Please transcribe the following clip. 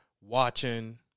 watching